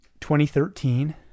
2013